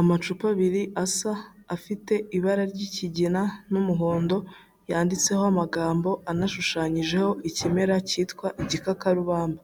Amacupa abiri asa afite ibara ry'ikigina n'umuhondo, yanditseho amagambo, anashushanyijeho ikimera cyitwa igikakarubamba